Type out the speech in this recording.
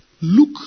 look